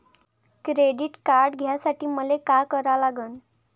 Credit card घ्यासाठी मले का करा लागन?